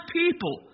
people